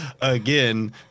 again